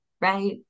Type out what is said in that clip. right